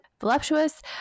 voluptuous